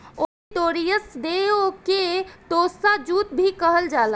olitorius देव के टोसा जूट भी कहल जाला